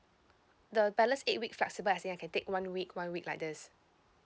the balance eight week flexible as in I can take one week one week like this